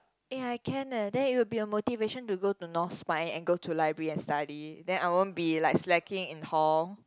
eh I can eh then it will be a motivation to go to North-Spine and go to library and study then I won't be like slacking in hall